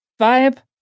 vibe